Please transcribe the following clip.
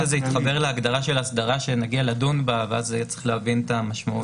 זה יתחבר להגדרה של אסדרה שנגיע לדון בה ואז צריך להבין את המשמעויות.